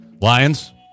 Lions